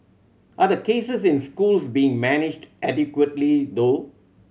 are the cases in schools being managed adequately though